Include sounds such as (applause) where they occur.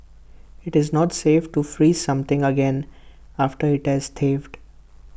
IT is not safe to freeze something again after IT has (unintelligible)